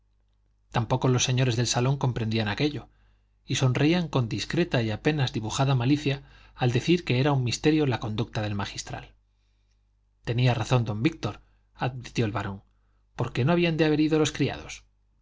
tampoco los señores del salón comprendían aquello y sonreían con discreta y apenas dibujada malicia al decir que era un misterio la conducta del magistral tenía razón don víctor advirtió el barón por qué no habían de haber ido los criados